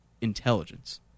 intelligence